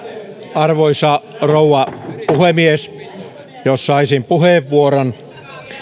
arvoisa rouva puhemies jos saisin puheenvuoron